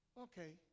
okay